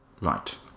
Right